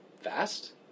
fast